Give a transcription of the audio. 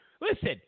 listen